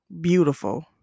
beautiful